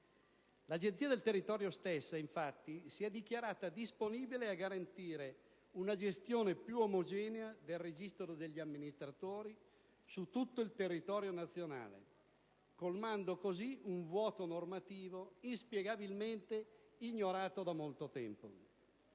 dall'Agenzia del territorio, la quale si è dichiarata disponibile a garantire una gestione più omogenea del registro degli amministratori su tutto il territorio nazionale, colmando così un vuoto normativo inspiegabilmente ignorato da molto tempo.